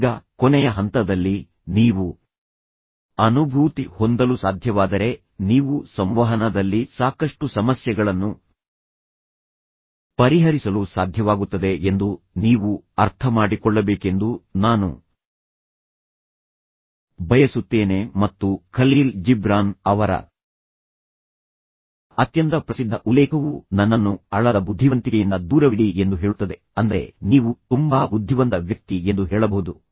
ಈಗ ಕೊನೆಯ ಹಂತದಲ್ಲಿ ನೀವು ಅನುಭೂತಿ ಹೊಂದಲು ಸಾಧ್ಯವಾದರೆ ನೀವು ಸಂವಹನದಲ್ಲಿ ಸಾಕಷ್ಟು ಸಮಸ್ಯೆಗಳನ್ನು ಪರಿಹರಿಸಲು ಸಾಧ್ಯವಾಗುತ್ತದೆ ಎಂದು ನೀವು ಅರ್ಥಮಾಡಿಕೊಳ್ಳಬೇಕೆಂದು ನಾನು ಬಯಸುತ್ತೇನೆ ಮತ್ತು ಖಲೀಲ್ ಜಿಬ್ರಾನ್ ಅವರ ಅತ್ಯಂತ ಪ್ರಸಿದ್ಧ ಉಲ್ಲೇಖವು ನನ್ನನ್ನು ಅಳದ ಬುದ್ಧಿವಂತಿಕೆಯಿಂದ ದೂರವಿಡಿ ಎಂದು ಹೇಳುತ್ತದೆ ಅಂದರೆ ನೀವು ತುಂಬಾ ಬುದ್ಧಿವಂತ ವ್ಯಕ್ತಿ ಎಂದು ಹೇಳಬಹುದು